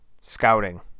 scouting